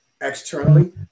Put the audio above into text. externally